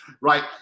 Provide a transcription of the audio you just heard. right